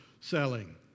selling